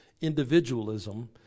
Individualism